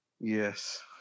Yes